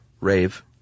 rave